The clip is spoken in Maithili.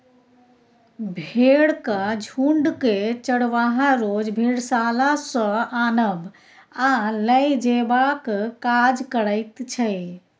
भेंड़क झुण्डकेँ चरवाहा रोज भेड़शाला सँ आनब आ लए जेबाक काज करैत छै